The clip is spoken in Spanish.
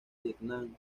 vietnam